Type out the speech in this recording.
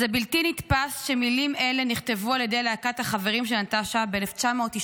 זה בלתי נתפס שמילים אלה נכתבו על ידי להקת החברים של נטשה ב-1995,